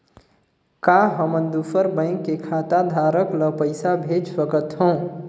का हमन दूसर बैंक के खाताधरक ल पइसा भेज सकथ हों?